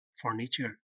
furniture